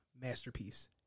Masterpiece